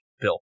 Bill